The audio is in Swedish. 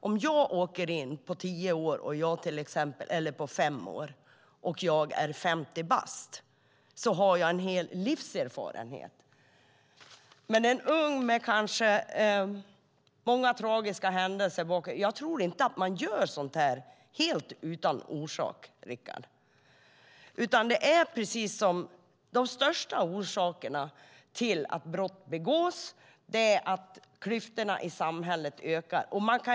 Om jag åker in på fem år och är 50 bast har jag erfarenhet av ett helt liv jämfört med någon som är en ung men kanske redan har tragiska händelser bakom sig. Jag tror inte att man gör sådant helt utan orsak, Richard, utan den största anledningen till att brott begås är att klyftorna i samhället ökar.